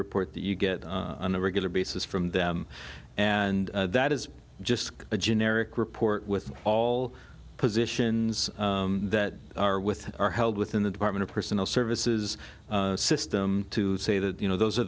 report that you get on a regular basis from them and that is just a generic report with all positions that are with are held within the department of personal services system to say that you know those are